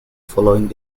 following